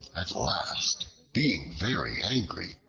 at last, being very angry,